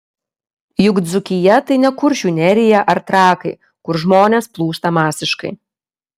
juk dzūkija tai ne kuršių nerija ar trakai kur žmonės plūsta masiškai